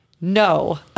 No